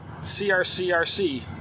CRCRC